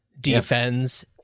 defense